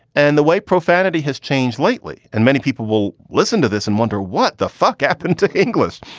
and the way profanity has changed lately and many people will listen to this and wonder what the fuck happened to english?